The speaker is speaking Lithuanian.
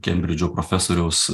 kembridžo profesoriaus